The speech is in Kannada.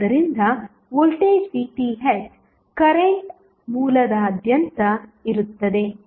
ಆದ್ದರಿಂದ ವೋಲ್ಟೇಜ್ VTh ಕರೆಂಟ್ ಮೂಲದಾದ್ಯಂತ ಇರುತ್ತದೆ